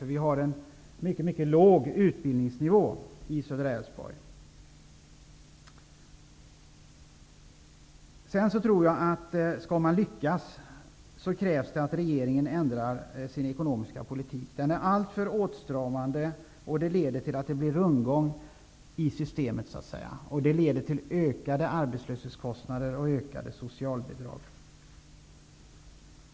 Vi har nämligen en mycket låg utbildningsnivå i södra Älvsborg. Om man skall lyckas tror jag att det krävs att regeringen ändrar sin ekonomiska politik. Den är alltför åtstramande, vilket leder till att det blir rundgång i systemet. Det leder till ökade arbetslöshetskostnader och ökade socialbidrag.